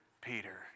Peter